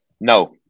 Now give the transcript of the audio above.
No